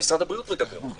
ומשרד הבריאות מדבר אותה.